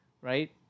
right